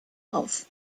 auf